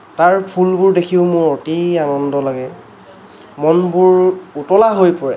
তাৰ ফুলবোৰ দেখিও মোৰ অতি আনন্দ লাগে মনবোৰ উতলা হৈ পৰে